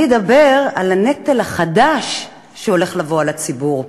אני אדבר על הנטל החדש שהולך לבוא על הציבור,